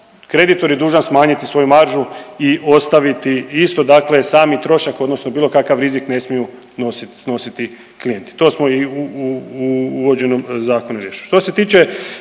kreditor je dužan smanjiti svoju maržu i ostaviti isto, dakle sami trošak odnosno bilo kakav rizik ne smiju nositi, snositi klijenti. To smo i u uvođenom zakonu riješili.